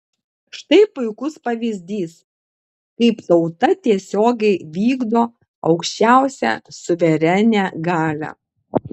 štai puikus pavyzdys kaip tauta tiesiogiai vykdo aukščiausią suverenią galią